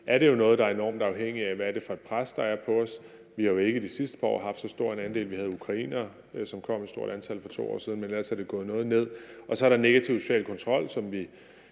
at det er noget, der er enormt afhængigt af, hvad det er for et pres, der er på os. Vi har jo ikke de sidste par år haft så stor en andel af dem. Vi havde ukrainere, som kom i et stort antal for 2 år siden, men ellers er det gået ned. Så er der den negative sociale kontrol, som vi